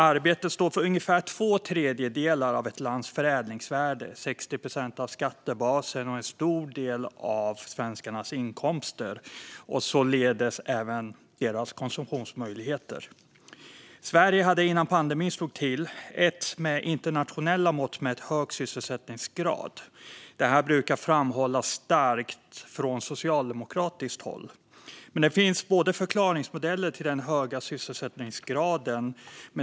Arbete står för ungefär två tredjedelar av ett lands förädlingsvärde, 60 procent av skattebasen och en stor del av svenskarnas inkomster, och således även deras konsumtionsmöjligheter. Sverige hade innan pandemin slog till en med internationella mått mätt hög sysselsättningsgrad. Detta brukar framhållas starkt från socialdemokratiskt håll. Men det finns förklaringsmodeller till den höga sysselsättningsgraden.